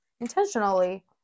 intentionally